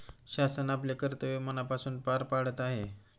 शासन आपले कर्तव्य मनापासून पार पाडत आहे